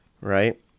right